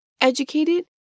educated